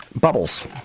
Bubbles